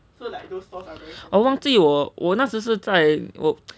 我是忘记我我那时是在我